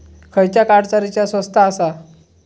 खयच्या कार्डचा रिचार्ज स्वस्त आसा?